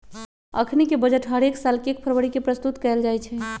अखनीके बजट हरेक साल एक फरवरी के प्रस्तुत कएल जाइ छइ